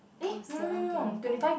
oh it's seven twenty five